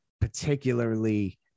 particularly